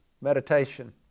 meditation